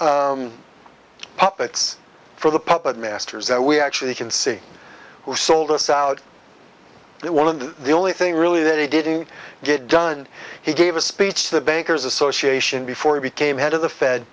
puppets for the puppet masters that we actually can see who sold us out there one of the only thing really that he didn't get done he gave a speech the bankers association before he became head of the fed